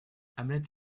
hamlet